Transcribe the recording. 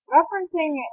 Referencing